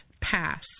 pass